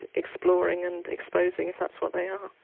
exploring and exposing if that's what they are,